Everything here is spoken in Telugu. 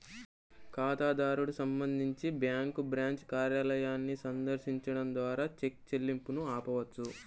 ఖాతాదారుడు సంబంధించి బ్యాంకు బ్రాంచ్ కార్యాలయాన్ని సందర్శించడం ద్వారా చెక్ చెల్లింపును ఆపవచ్చు